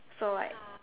so like